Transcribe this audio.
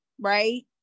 right